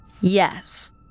Yes